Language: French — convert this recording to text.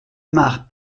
mare